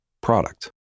product